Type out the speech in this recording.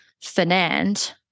Fernand